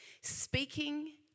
Speaking